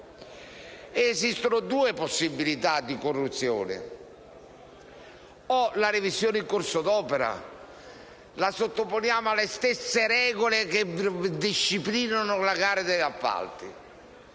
Esistono due possibilità di corruzione: o la revisione in corso d'opera la sottoponiamo alle stesse regole che disciplinano le gare d'appalto,